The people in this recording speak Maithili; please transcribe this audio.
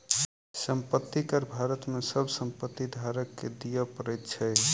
संपत्ति कर भारत में सभ संपत्ति धारक के दिअ पड़ैत अछि